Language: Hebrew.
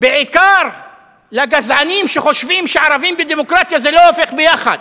בעיקר לגזענים שחושבים שערבים ודמוקרטיה זה לא הולך יחד,